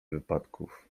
wypadków